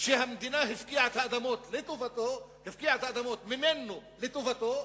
שהמדינה הפקיעה את האדמות ממנו לטובתו,